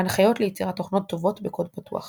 הנחיות ליצירת תוכנות טובות בקוד פתוח